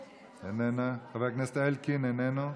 איננה, חבר הכנסת אלקין, איננו,